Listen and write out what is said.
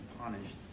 punished